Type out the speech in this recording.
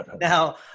Now